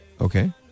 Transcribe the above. Okay